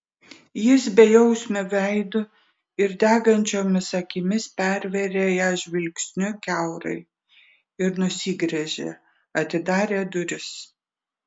jis bejausmiu veidu ir degančiomis akimis pervėrė ją žvilgsniu kiaurai ir nusigręžė atidarė duris